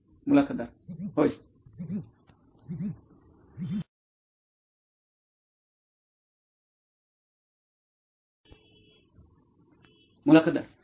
मुलाखतदार होय